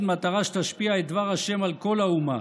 במטרה שתשפיע את דבר ה' על כל האומה